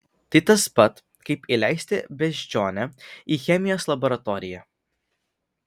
tai tas pat kaip įleisti beždžionę į chemijos laboratoriją